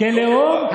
כלאום, לא.